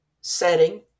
setting